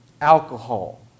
Alcohol